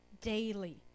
daily